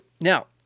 Now